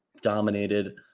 dominated